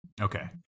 Okay